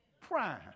Prime